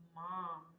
mom